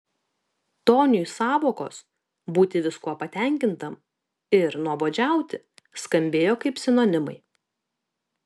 toniui sąvokos būti viskuo patenkintam ir nuobodžiauti skambėjo kaip sinonimai